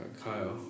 Kyle